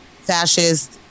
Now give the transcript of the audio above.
fascist